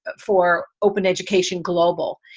for open education global,